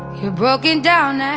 you're broken down ah